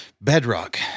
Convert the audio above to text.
bedrock